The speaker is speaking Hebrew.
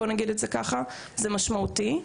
זה מאוד משמעותי.